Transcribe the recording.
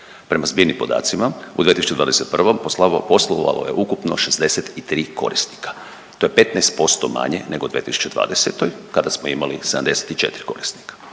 se ne razumije./... poslovalo je ukupno 63 korisnika. To je 15% manje nego 2020. kada smo imali 74 korisnika.